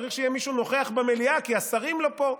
צריך שיהיה מישהו נוכח במליאה כי השרים לא פה.